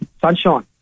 sunshine